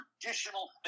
traditional